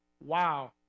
Wow